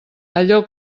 allò